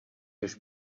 jež